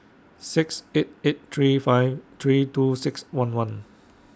six eight eight three five three two six one one